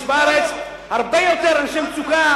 יש בארץ הרבה יותר אנשים במצוקה,